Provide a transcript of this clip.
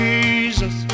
Jesus